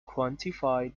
quantified